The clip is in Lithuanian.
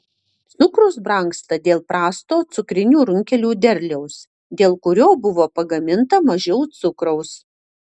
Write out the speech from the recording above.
cukrus brangsta dėl prasto cukrinių runkelių derliaus dėl kurio buvo pagaminta mažiau cukraus